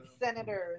senators